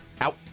Out